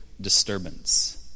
disturbance